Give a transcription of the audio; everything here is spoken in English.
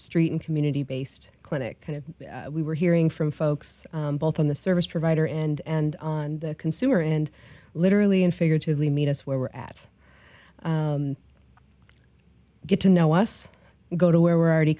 street and community based clinic kind of we were hearing from folks both on the service provider and and on the consumer and literally and figuratively meet us where we're at get to know us go to where we're already